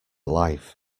life